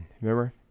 Remember